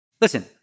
listen